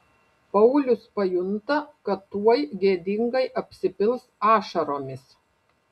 paulius pajunta kad tuoj gėdingai apsipils ašaromis